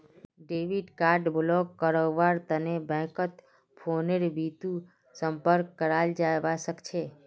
debit card block करव्वार तने बैंकत फोनेर बितु संपर्क कराल जाबा सखछे